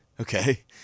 Okay